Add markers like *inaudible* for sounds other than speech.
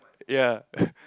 ya *noise*